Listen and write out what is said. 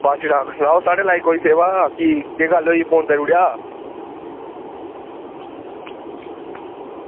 बस ठीक ठाक साढ़े लायक कोई सेवा की केह् गल्ल होई फोन करी ओड़ेआ